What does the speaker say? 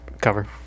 cover